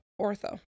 ortho